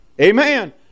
Amen